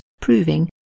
proving